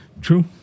True